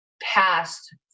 past